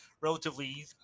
relatively